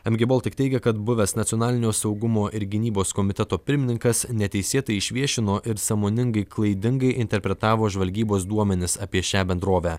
mg baltic teigia kad buvęs nacionalinio saugumo ir gynybos komiteto pirmininkas neteisėtai išviešino ir sąmoningai klaidingai interpretavo žvalgybos duomenis apie šią bendrovę